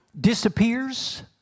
disappears